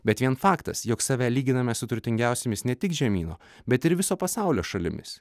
bet vien faktas jog save lyginame su turtingiausiomis ne tik žemyno bet ir viso pasaulio šalimis